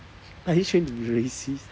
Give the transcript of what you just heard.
are you trying to be racist